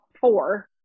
four